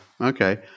okay